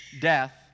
death